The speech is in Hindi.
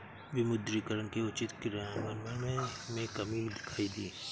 विमुद्रीकरण के उचित क्रियान्वयन में कमी दिखाई दी